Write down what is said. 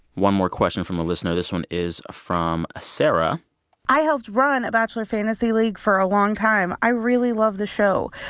one more question from a listener. this one is from ah sarah i helped run a bachelor fantasy league for a long time. i really love this show,